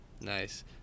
Nice